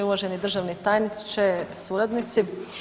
Uvaženi državni tajniče, suradnici.